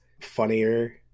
funnier